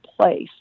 place